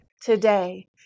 today